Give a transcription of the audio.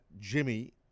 Jimmy